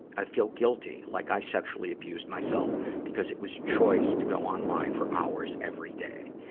i feel guilty, like i sexually abused myself because it was choice to go online for hours every day.